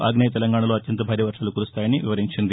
ఆగ్నేయ తెలంగాణలో అత్యంత భారీ వర్వాలు కురుస్తాయని పేర్కొంది